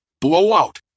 *Blowout*